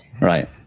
right